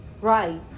right